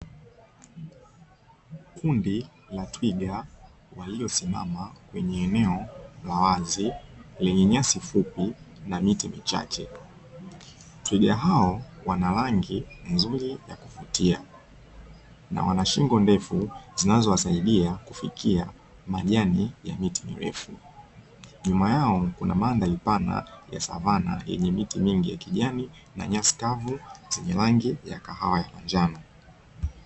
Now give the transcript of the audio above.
Kundi la twiga lililo simama kwenye eneo la wazi lenye nyasi fupi na miti michache, twiga hao wana rangi nzuri ya kuvutia na wana shingo ndefu zinazowasaidia kufikia majani ya miti mirefu. Nyuma yao kuna madhari pana ya savana yenye miti mingi ya kijani na nyasi kavu zenye rangi ya kahawa ya njano.